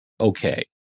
okay